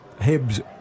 Hibs